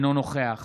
אינו נוכח